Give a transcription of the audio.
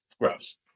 Gross